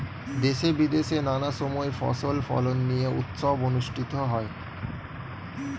দেশে বিদেশে নানা সময় ফসল ফলন নিয়ে উৎসব অনুষ্ঠিত হয়